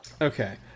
Okay